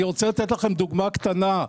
אני רוצה לתת לכם דוגמה קטנה.